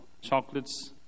chocolates